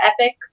Epic